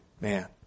man